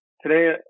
today